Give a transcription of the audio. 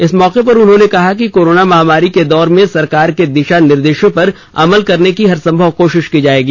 इस मौके पर उन्होंने कहा कि कोरोना महामारी के दौर में सरकार के दिशा निर्देशों पर अमल करने की हर संभव कोशिश की जाएगी